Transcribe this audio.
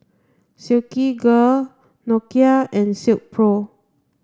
Silkygirl Nokia and Silkpro